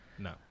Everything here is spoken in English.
no